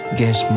guess